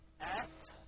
act